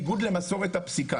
עכשיו מה שרציתי פה עכשיו,